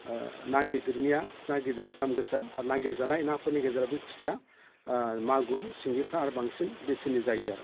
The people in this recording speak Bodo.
ना गिदिरनिया ना गिदिर दाम गोसा आरो नागिरजानाय नाफोरनि गेजेराव बे खुसिया मागुर सिंगिफ्रा आरो बांसिन बेसेननि जायो आरो